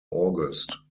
august